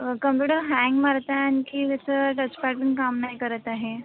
computer hang मारतं आहे आणखी त्याचं टचपॅड पण काम नाही करत आहे